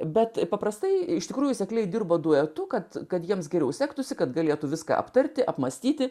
bet paprastai iš tikrųjų sekliai dirba duetu kad kad jiems geriau sektųsi kad galėtų viską aptarti apmąstyti